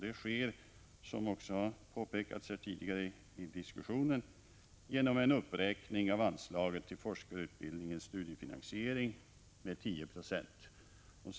Det sker, som har påpekats tidigare i debatten, genom en uppräkning av anslaget till forskarutbildningens studiefinansiering med 10 760.